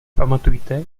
pamatujte